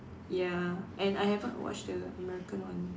ya and I haven't watch the American one